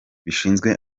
bishinzwe